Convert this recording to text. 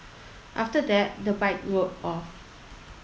after that the bike rode off